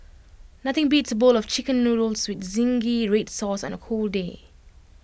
nothing beats A bowl of Chicken Noodles with zingy read sauce on A cold day